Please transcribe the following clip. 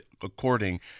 according